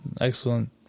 excellent